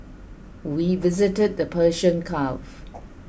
we visited the Persian Gulf